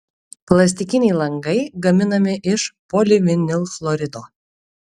plastikiniai langai gaminami iš polivinilchlorido